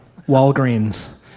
Walgreens